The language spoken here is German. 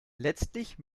letztlich